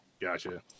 Gotcha